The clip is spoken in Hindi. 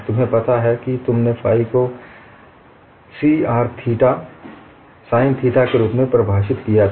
तुम्हें पता है कि तुमने फाइ को C r theta sin theta के रूप में परिभाषित किया है